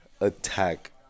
attack